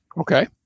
Okay